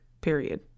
period